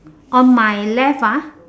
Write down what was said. on my left ah